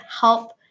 help